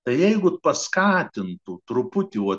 tai jeigu paskatintų truputį